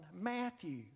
Matthew